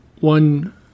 one